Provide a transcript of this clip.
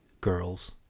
girls